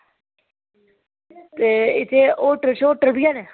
ते इत्थै होटल शोटल बी हैन